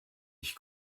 ich